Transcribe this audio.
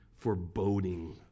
foreboding